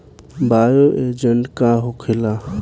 Bio agent का होखेला?